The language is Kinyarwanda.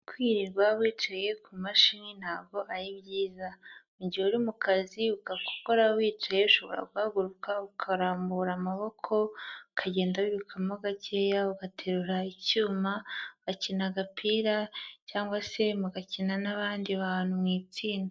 Kwirirwa wicaye ku mashini ntabwo ari byiza. Mu gihe uri mu kazi ukaba ukora wicaye, ushobora guhaguruka ukarambura amaboko, ukagenda wirukamo gakeya, ugaterura icyuma, ugakina agapira cyangwa se ugakina n'abandi bantu mu itsinda.